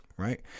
Right